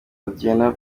adriana